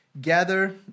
gather